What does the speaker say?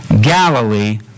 Galilee